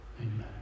Amen